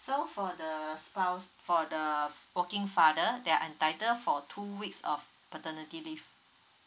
so for the spouse for the working father they're entitled for two weeks of paternity leave